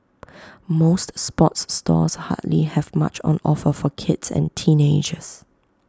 most sports stores hardly have much on offer for kids and teenagers